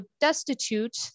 destitute